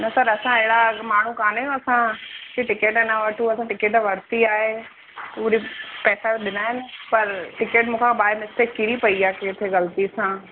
न सर असां अहिड़ा माण्हू कान आहियूं असां की टिकट न वठूं असां टिकट वरिती आहे पूरे पैसा ॾिना आहिनि पर टिकट मूं खां बाए मिस्टेक किरी पई आहे किथे ग़लती सां